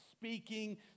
speaking